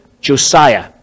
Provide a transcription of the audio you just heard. Josiah